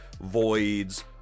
voids